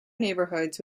neighbourhoods